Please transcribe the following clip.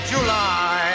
July